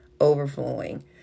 overflowing